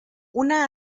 una